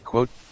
Quote